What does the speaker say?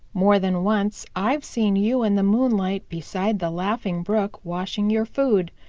more than once i've seen you in the moonlight beside the laughing brook washing your food,